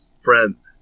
friends